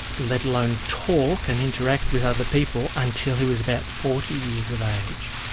let alone talk and interact with other people until he was about forty years of age.